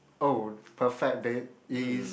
oh perfect date is